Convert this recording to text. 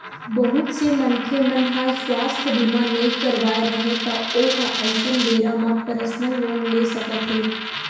बहुत से मनखे मन ह सुवास्थ बीमा नइ करवाए रहय त ओ ह अइसन बेरा म परसनल लोन ले सकत हे